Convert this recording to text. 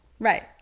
Right